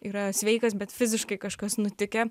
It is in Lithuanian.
yra sveikas bet fiziškai kažkas nutikę